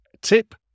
tip